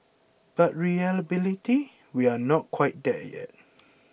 but reliability we are not quite there yet